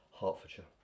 Hertfordshire